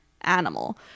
animal